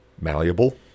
malleable